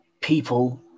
people